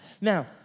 Now